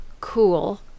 cool